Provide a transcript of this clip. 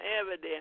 evidence